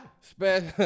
special